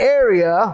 area